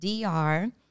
DR